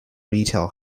retail